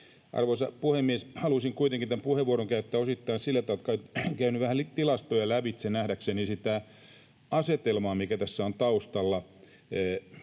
Arvoisa puhemies! Halusin kuitenkin tämän puheenvuoron käyttää osittain siksi, että olen käynyt vähän tilastoja lävitse nähdäkseni sitä asetelmaa, mikä tässä on taustalla,